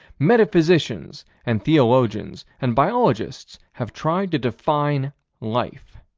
metaphysicians and theologians and biologists have tried to define life.